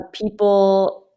people